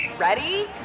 Ready